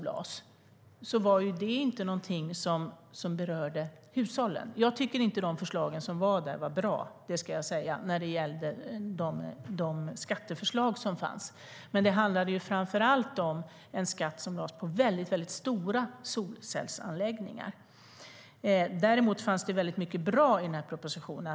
Nu tycker jag inte att de skatteförslag som fanns i den var bra. Det ska jag säga. Det handlade framför allt om en skatt på väldigt stora solcellsanläggningar. Däremot fanns det mycket annat som var bra i propositionen.